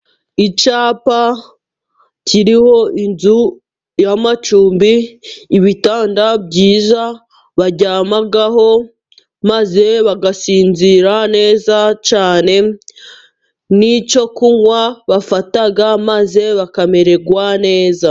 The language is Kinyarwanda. Icyapa kiriho inzu y'amacumbi, ibitanda byiza baryamaho maze bagasinzira neza cyane, n'icyo kunywa bafata maze bakamererwa neza.